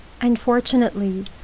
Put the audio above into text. Unfortunately